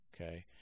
okay